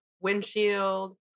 windshield